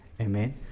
Amen